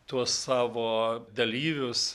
tuos savo dalyvius